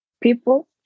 people